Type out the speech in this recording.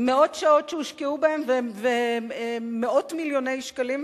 עם מאות שעות שהושקעו בהם ומאות מיליוני שקלים,